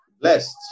Blessed